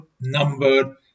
number